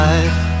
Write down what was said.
Life